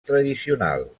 tradicional